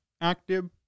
active